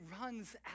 runs